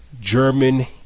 german